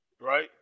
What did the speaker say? right